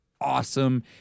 awesome